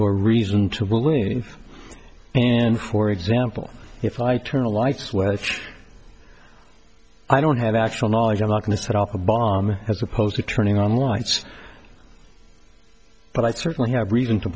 or reason to believe and for example if i turn a light switch i don't have actual knowledge i'm not going to set up a bomb as opposed to turning on lights but i certainly have reason to